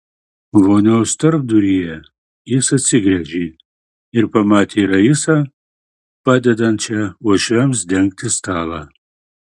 vonios tarpduryje jis atsigręžė ir pamatė raisą padedančią uošviams dengti stalą